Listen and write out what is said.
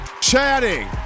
chatting